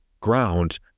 ground